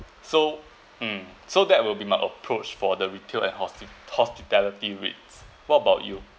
so mm so that will be my approach for the retail and hospi~ hospitality REITs what about you